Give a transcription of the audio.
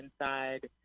inside